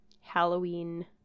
Halloween